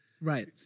Right